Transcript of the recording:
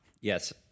Yes